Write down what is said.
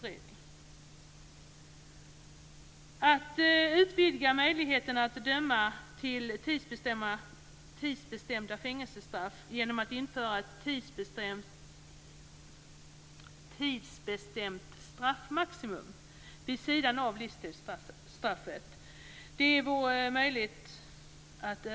Det är möjligt att överväga att man ska utvidga möjligheten att döma till tidsbestämda fängelsestraff genom att införa ett tidsbestämt straffmaximum vid sidan av livstidsstraffet.